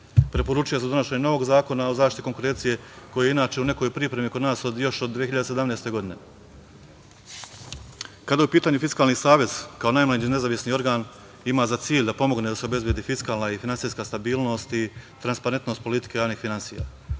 Preporučuje se donošenje novog zakona o zaštiti konkurencije, koji je u nekoj pripremi kod nas još od 2017. godine. Kada je u pitanju Fiskalni savet kao najmlađi nezavisni organ, ima za cilj da pomogne da se obezbedi fiskalna i finansijska stabilnost i transparentnost politike javnih finansija.